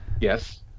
Yes